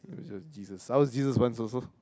Jesus I was Jesus once also